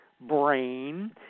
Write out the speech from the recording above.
brain